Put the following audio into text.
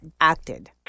acted